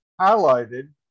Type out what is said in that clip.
highlighted